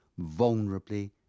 vulnerably